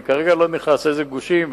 אני כרגע לא נכנס לאיזה גושים,